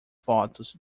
fotos